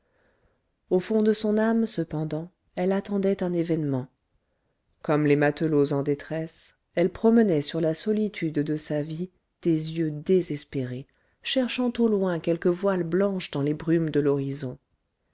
au fond de son âme cependant elle attendait un événement comme les matelots en détresse elle promenait sur la solitude de sa vie des yeux désespérés cherchant au loin quelque voile blanche dans les brumes de l'horizon